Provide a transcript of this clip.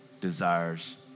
desires